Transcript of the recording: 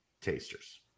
tasters